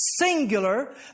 singular